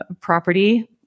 property